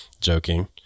Joking